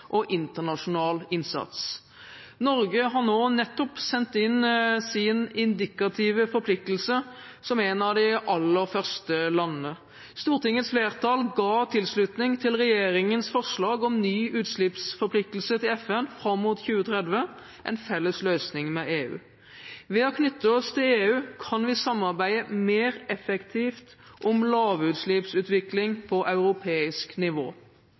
og internasjonal innsats. Norge har nå nettopp sendt inn sin indikative forpliktelse som et av de aller første landene. Stortingets flertall ga tilslutning til regjeringens forslag om ny utslippsforpliktelse til FN fram mot 2030 – en felles løsning med EU. Ved å knytte oss til EU kan vi samarbeide mer effektivt om lavutslippsutvikling på europeisk nivå.